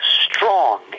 strong